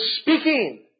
speaking